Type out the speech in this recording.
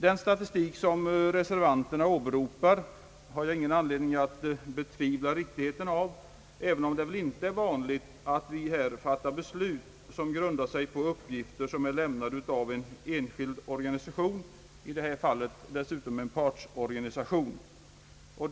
Den statistik som reservanterna åberopar har jag ingen anledning att betvivla riktigheten av, även om det inte är vanligt att vi här fattar beslut som grundar sig på uppgifter lämnade av en enskild organisation, i det här fallet dessutom en partsorganisation.